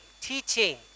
teaching